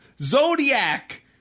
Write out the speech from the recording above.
Zodiac